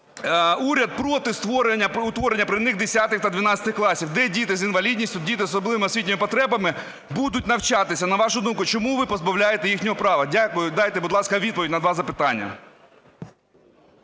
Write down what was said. створення, утворення при них 10 та 12 класів? Де діти з інвалідністю, діти з особливими освітніми потребами будуть навчатися, на вашу думку? Чому ви позбавляєте їхнього права? Дякую. Дайте, будь ласка, відповідь на два запитання.